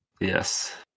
yes